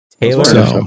Taylor